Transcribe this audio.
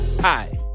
Hi